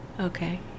Okay